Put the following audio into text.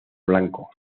blanco